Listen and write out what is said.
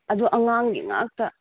ꯑꯗꯨ ꯑꯉꯥꯡꯒꯤ ꯉꯥꯛꯇ